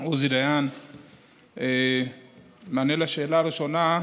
עוזי דיין, מענה על השאלה הראשונה: